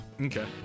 Okay